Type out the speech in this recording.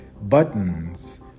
buttons